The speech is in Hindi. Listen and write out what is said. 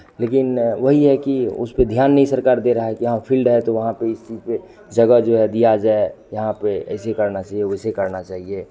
लेकिन वही है कि उस पे ध्यान नहीं सरकार दे रहा है कि हाँ फिल्ड है तो वहाँ कोई इस चीज़ के जगह जो है दिया जाए यहाँ पे ऐसे करना चाहिए वैसे करना चहिए